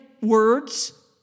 words